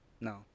No